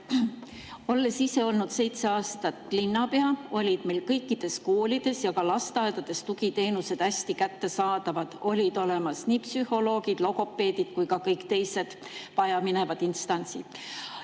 Olles ise olnud seitse aastat linnapea, olid meil kõikides koolides ja lasteaedades tugiteenused hästi kättesaadavad. Olid olemas nii psühholoogid, logopeedid kui ka kõik teised vajaminevad instantsid.